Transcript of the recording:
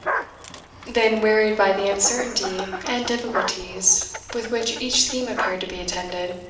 then, wearied by the uncertainty and difficulties with which each scheme appeared to be attended,